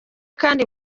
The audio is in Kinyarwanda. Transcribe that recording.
kandi